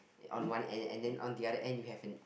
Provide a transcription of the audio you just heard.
on one end and on the other end you have an